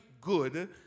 good